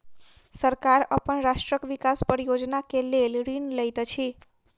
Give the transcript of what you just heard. सरकार अपन राष्ट्रक विकास परियोजना के लेल ऋण लैत अछि